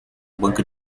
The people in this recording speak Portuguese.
banca